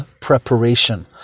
preparation